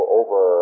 over